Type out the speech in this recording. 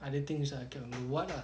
other things ah macam wan ah